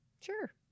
Sure